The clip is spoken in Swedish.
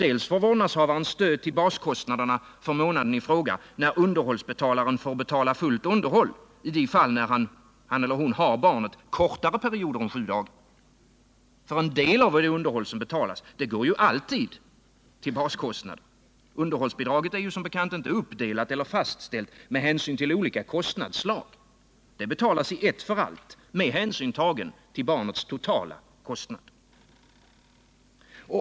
Dels får vårdnadshavaren stöd till baskostnaderna för månaden i fråga, eftersom underhållsbetalaren får betala fullt underhåll när han har barnet kortare perioder än sju dagar. En del av underhållet går ju alltid till baskostnader. Underhållsbidraget är ju som bekant inte uppdelat eller fastställt med hänsyn till olika kostnadsslag. Det betalas i ett för allt med hänsyn tagen till barnets totala kostnad.